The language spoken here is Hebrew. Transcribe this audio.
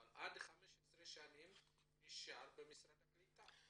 אבל עד 15 שנים נשאר במשרד הקליטה.